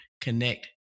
connect